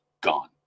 gone